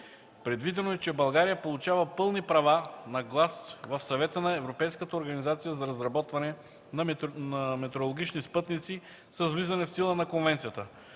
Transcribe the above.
Предвидено е, че България получава пълни права на глас в Съвета на Европейската организация за разработване на метеорологични спътници с влизане в сила на Конвенцията.